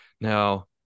Now